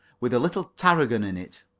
with a little tarragon in it.